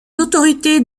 autorités